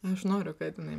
aš noriu kad jinai